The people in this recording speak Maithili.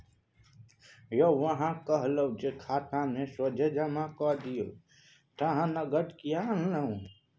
यौ अहाँक कहलहु जे खातामे सोझे जमा कए दियौ त अहाँ नगद किएक आनलहुँ